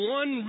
one